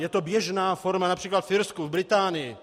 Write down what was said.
Je to běžná forma například v Irsku, v Británii.